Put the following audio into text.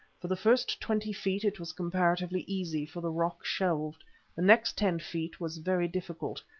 for the first twenty feet it was comparatively easy, for the rock shelved the next ten feet was very difficult,